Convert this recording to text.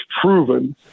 proven